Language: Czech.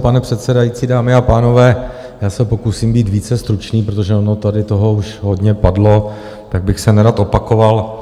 Pane předsedající, dámy a pánové, já se pokusím být více stručný, protože ono tady toho už hodně padlo, tak bych se nerad opakoval.